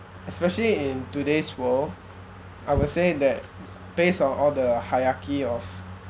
especially in today's world I would say that based on all the hierarchy of